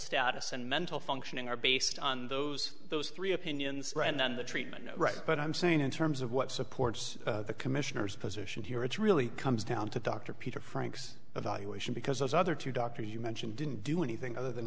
status and mental functioning are based on those those three opinions and then the treatment right but i'm saying in terms of what supports the commissioner's position here it really comes down to dr peter frank's evaluation because those other two doctor you mentioned didn't do anything other than